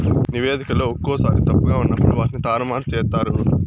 నివేదికలో ఒక్కోసారి తప్పుగా ఉన్నప్పుడు వాటిని తారుమారు చేత్తారు